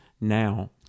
now